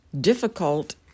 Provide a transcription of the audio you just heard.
difficult